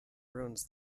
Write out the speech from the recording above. ruins